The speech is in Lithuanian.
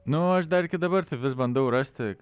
nu o aš dar iki dabar vis bandau rasti kaip